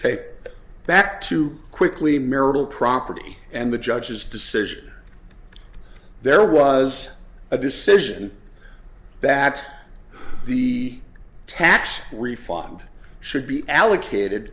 back to quickly marital property and the judge's decision there was a decision that the tax refund should be allocated